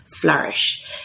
flourish